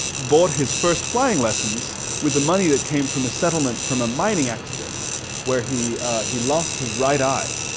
bought his first flying lessons with the money that came from a settlement from a mining accident where he he lost his right eye,